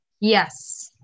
Yes